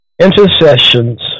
intercessions